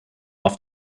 auf